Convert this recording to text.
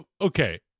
Okay